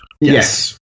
Yes